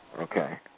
okay